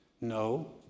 no